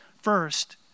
First